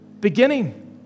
beginning